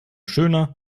schöner